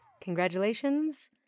congratulations